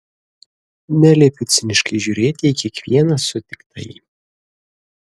neliepiu ciniškai žiūrėti į kiekvieną sutiktąjį